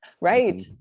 Right